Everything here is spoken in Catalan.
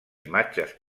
imatges